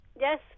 Yes